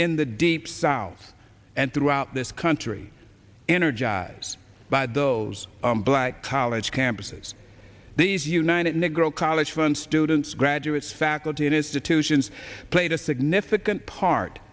in the deep south and throughout this country energize by those black college campuses these united negro college fund students graduates faculty and institutions played a significant part